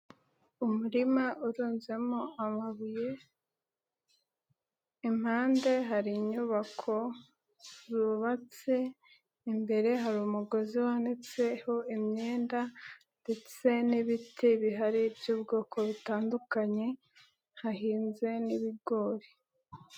Umurima urunzemo amabuye, impande hari inyubako zubatse, imbere hari umugozi wanitseho imyenda ndetse n'ibiti bihari by'ubwoko butandukanye hahinze n'ibigori.